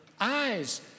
eyes